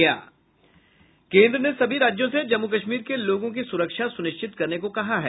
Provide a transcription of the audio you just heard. केंद्र ने सभी राज्यों से जम्मु कश्मीर के लोगों की सुरक्षा सुनिश्चित करने को कहा है